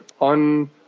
on